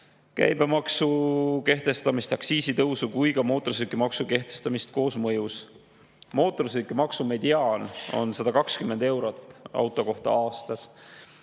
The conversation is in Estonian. käibemaksu kehtestamist, aktsiisitõusu ja mootorsõidukimaksu kehtestamist koosmõjus? Mootorsõidukimaksu mediaan on 120 eurot auto kohta aastas